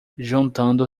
juntando